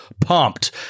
pumped